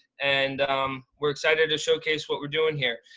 and um we're excited to showcase what we're doing here.